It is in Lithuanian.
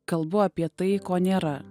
kalbu apie tai ko nėra